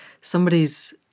Somebody's